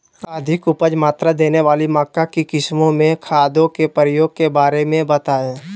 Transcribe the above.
अधिक उपज मात्रा देने वाली मक्का की किस्मों में खादों के प्रयोग के बारे में बताएं?